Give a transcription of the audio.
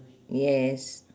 yes